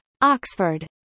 Oxford